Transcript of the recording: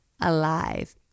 alive